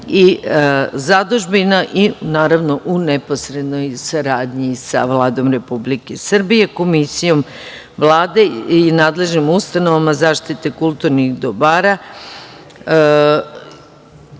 i zadužbina i naravno u neposrednoj saradnji sa Vladom Republike Srbije, Komisijom Vlade i nadležnim ustanovama za zaštite kulturnih dobara